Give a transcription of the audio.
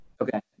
Okay